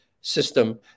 system